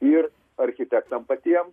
ir architektam patiem